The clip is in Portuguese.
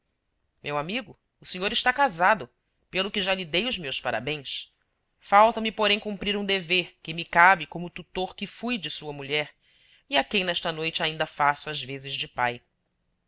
meu amigo o senhor está casado pelo que já lhe dei os meus parabéns falta-me porém cumprir um dever que me cabe como tutor que fui de sua mulher e a quem nesta noite ainda faço as vezes de pai